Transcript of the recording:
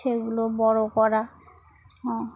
সেগুলো বড়ো করা হ্যাঁ